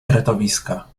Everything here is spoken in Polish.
kretowiska